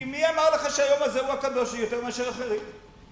מי אמר לך שהיום הזה הוא הקדוש יותר מאשר אחרים?